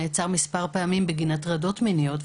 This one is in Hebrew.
נעצר מספר פעמים בגין הטרדות מיניות.